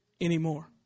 Anymore